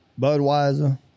Budweiser